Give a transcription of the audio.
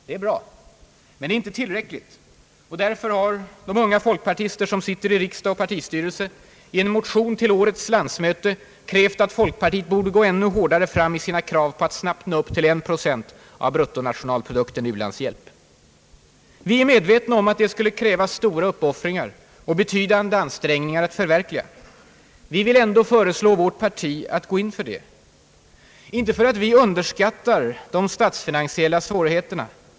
Det är bra, men det är inte tillräckligt. Därför har de unga folkpartister, som sitter i riksdag och partistyrelse, i en motion till årets landsmöte krävt att folkpartiet borde gå ännu hårdare fram i sina krav på att snabbt nå upp till en procent av bruttonationalprodukten i u-landshjälp. Vi är medvetna om att detta mål skulle kräva stora uppoffringar och betydande ansträngningar att förverkliga. Vi vill ändå föreslå vårt parti att gå in för det. Inte för att vi underskattar de statsfinansiella svårigheterna.